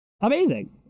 Amazing